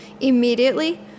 immediately